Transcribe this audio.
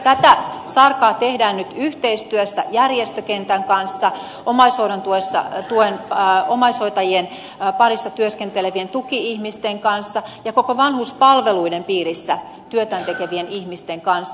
tätä sarkaa tehdään nyt yhteistyössä järjestökentän kanssa omaishoidon tuen omaishoitajien parissa työskentelevien tuki ihmisten kanssa ja koko vanhuspalveluiden piirissä työtään tekevien ihmisten kanssa